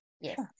Yes